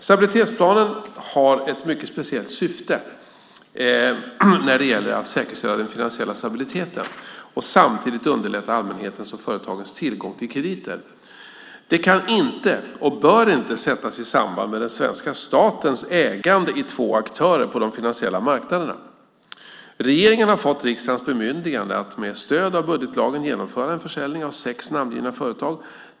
Stabilitetsplanen har ett mycket speciellt syfte när det gäller att säkerställa den finansiella stabiliteten och samtidigt underlätta allmänhetens och företagens tillgång till krediter. Den kan inte, och bör inte, sättas i samband med svenska statens ägande i två aktörer på de finansiella marknaderna. Regeringen har fått riksdagens bemyndigande att med stöd av budgetlagen genomföra en försäljning av sex namngivna företag.